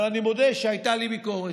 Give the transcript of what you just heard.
אבל אני מודה שהייתה לי ביקורת,